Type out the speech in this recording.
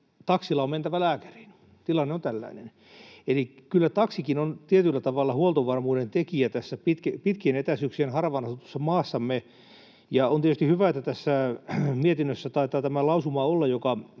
taksilla on mentävä lääkäriin. Tilanne on tällainen. Eli kyllä taksikin on tietyllä tavalla huoltovarmuuden tekijä tässä pitkien etäisyyksien harvaan asutussa maassamme. On tietysti hyvä, että tässä mietinnössä taitaa olla tämä lausuma,